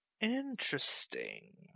Interesting